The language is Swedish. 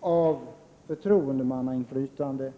av förtroendemannainflytande.